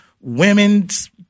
women's